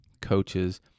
coaches